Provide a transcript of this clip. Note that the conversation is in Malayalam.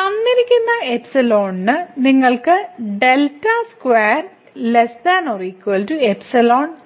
തന്നിരിക്കുന്ന ന് നിങ്ങൾ